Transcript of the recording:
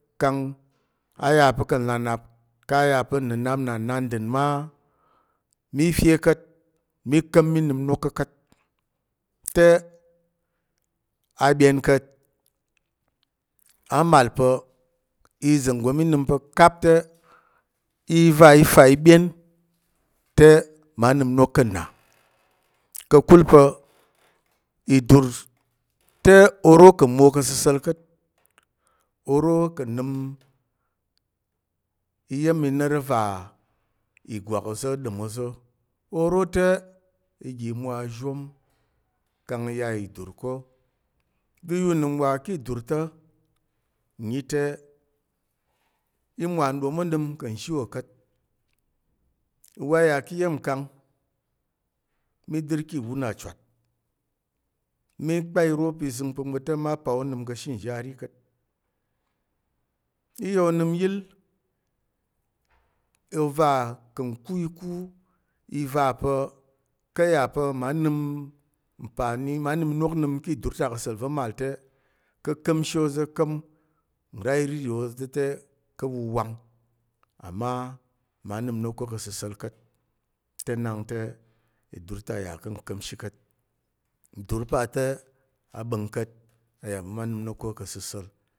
Kang a ya pa̱ ka̱ nlà nnap kang nnənap na nnandən ma mí fe ka̱t. Mí ka̱m mí nəm inok ko ka̱t te a ɓyen ka̱t a màl pa̱ iza̱ nggo mí nəm pa̱ kap te, i va i fa i ɓyen te ma nəm inok ka̱ nna, ka̱kul pa̱ idur te oro ka̱ mmwo ka̱ səsa̱l ka̱t oro ka̱ nnəm iya̱m inoro va̱ ìgwak oza̱ ɗom oza̱ oro te ige mwo azhom kang i ya idur ko. Ɓu ya unəm wa ki idur ta̱ ǹnyi te, i mwa nɗom onəm ka̱ nzhi wò ka̱t. Uwa yà ki iya̱mkang mí dər ki iwu na chwat, mí kpan iro pi izəng pa̱ mwote ma pa ônəm ka̱ nzhizhi pa̱ mwote a ri ka̱t. I ya onəm yəl o va ka̱ nkú ikú i va̱ pa̱ ka̱ ya pa̱ mma nəm mfani ka̱ idur ta ka̱ sa̱l va màl te ka̱ ka̱mshi ôza̱ kang nra iriri oza̱ te ka̱ wuwang. Ama ma nəm inok ko ka̱ səsa̱l ka̱t te nak te idur ta yà ka̱ nka̱mshi ka̱t. Idur pa te a ɓa̱ng ka̱t a yà pa̱ mma nəm inok ko ka̱ səsa̱l